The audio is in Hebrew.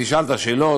ותשאל את השאלות.